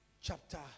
chapter